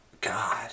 God